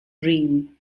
realm